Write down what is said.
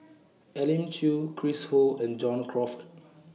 Elim Chew Chris Ho and John Crawfurd